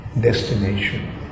destination